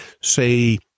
say